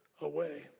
away